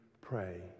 pray